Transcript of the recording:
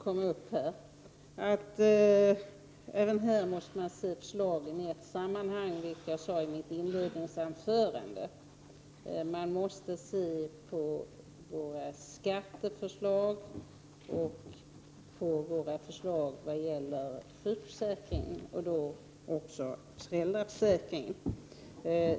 Herr talman! Frågan om sjukförsäkringens kompensationsnivå togs upp här. Jag sade i mitt inledningsanförande att man även här måste se förslagen i ett större sammanhang. Man måste se över skatteförslagen och förslagen för sjukförsäkringen — då också föräldraförsäkringen.